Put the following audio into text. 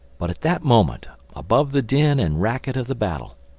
but at that moment, above the din and racket of the battle,